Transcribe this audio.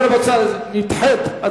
ההצעה נדחית.